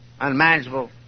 unmanageable